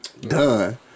done